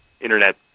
internet